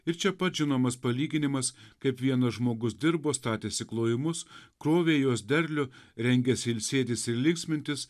ir čia pat žinomas palyginimas kaip vienas žmogus dirbo statėsi klojimus krovė į juos derlių rengėsi ilsėtis ir linksmintis